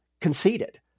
conceded